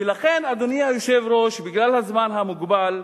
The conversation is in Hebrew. ולכן, אדוני היושב-ראש, בגלל הזמן המוגבל,